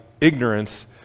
ignorance